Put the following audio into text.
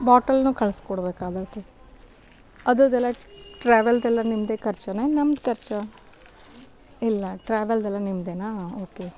ಬಾಟಲನ್ನೂ ಕಳ್ಸ್ಕೊಡ್ಬೇಕಾಗುತ್ತೆ ಅದರದ್ದೆಲ್ಲ ಟ್ರಾವೆಲ್ದೆಲ್ಲ ನಿಮ್ಮದೆ ಖರ್ಚುನೇ ನಮ್ದು ಖರ್ಚಾ ಇಲ್ಲ ಟ್ರಾವೆಲ್ದೆಲ್ಲ ನಿಮ್ಮದೇನಾ ಓಕೆ